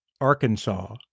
Arkansas